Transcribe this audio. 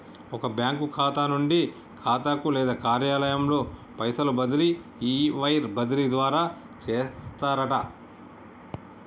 ఒక బ్యాంకు ఖాతా నుండి ఖాతాకు లేదా కార్యాలయంలో పైసలు బదిలీ ఈ వైర్ బదిలీ ద్వారా చేస్తారట